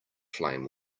flame